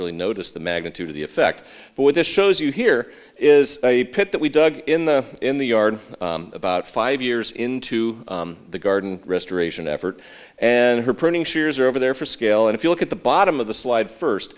really notice the magnitude of the effect but what this shows you here is a pit that we dug in the in the yard about five years into the garden restoration effort and her printing shears are over there for scale and if you look at the bottom of the slide first